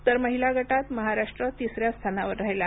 तर महिला गटात महाराष्ट्र तिसऱ्या स्थानावर राहिला